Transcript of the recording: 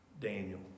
Daniel